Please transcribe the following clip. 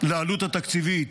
התקציבית